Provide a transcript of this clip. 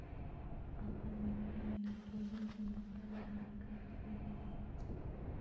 आपन मिट्टी में नाइट्रोजन के मात्रा बढ़ावे खातिर की करिय?